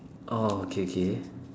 oh okay okay